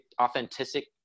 authentic